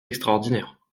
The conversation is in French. extraordinaire